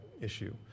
issue